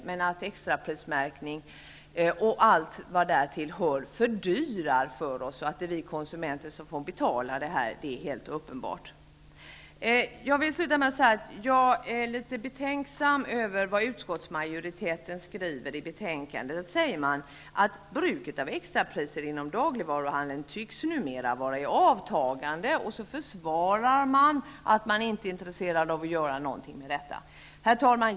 Men att prismärkningen och allt som därtill hör fördyrar för oss konsumenter och att det är konsumenten som får betala är alldeles uppenbart. Jag vill sluta med att säga att jag är litet betänksam över vad utskottet skriver i betänkandet, nämligen att bruket av extrapriser inom dagligvaruhandeln numera tycks vara i avtagande. Att man inte är intresserad av att göra någonting åt det försvaras därmed. Herr talman!